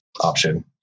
option